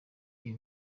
iyo